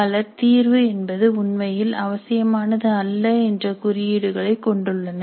பலர் தீர்வு என்பது உண்மையில் அவசியமானது அல்ல என்ற குறியீடுகளை கொண்டுள்ளனர்